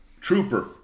trooper